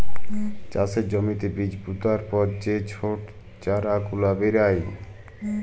চাষের জ্যমিতে বীজ পুতার পর যে ছট চারা গুলা বেরয়